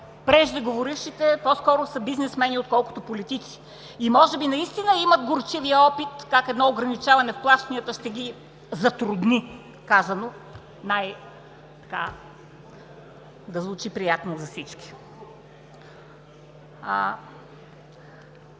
преждеговорившите по-скоро са бизнесмени, отколкото политици и може би наистина имат горчивия опит как едно ограничаване в плащанията ще ги затрудни, казано най-така, да звучи приятно за всички.